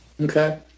Okay